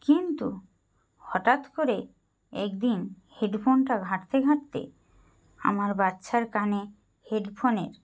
কিন্তু হঠাৎ করে একদিন হেডফোনটা ঘাঁটতে ঘাঁটতে আমার বাচ্চার কানে হেডফোনের